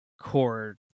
core